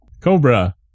Cobra